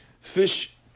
fish